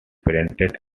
printed